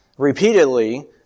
repeatedly